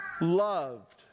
loved